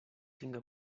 tinga